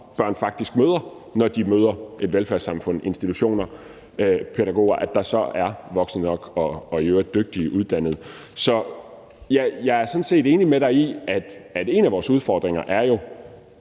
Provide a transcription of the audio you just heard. børn faktisk møder, når de møder et velfærdssamfund – institutioner, pædagoger – så der er voksne nok og i øvrigt dygtige og uddannede voksne. Så jeg er sådan set enig med dig i, at en af vores udfordringer jo